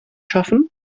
schaffen